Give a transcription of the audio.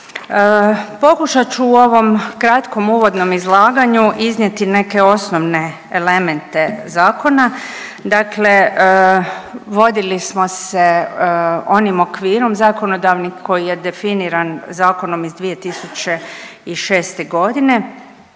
Pokušat ću u ovom kratkom uvodnom izlaganju iznijeti neke osnovne elemente zakona. Dakle, vodili smo se onim okvirom zakonodavnim koji je definiran zakonom iz 2006. godine